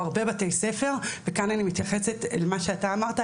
וכאן אני מתייחסת למה שאמרת,